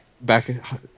back